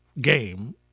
game